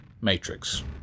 Matrix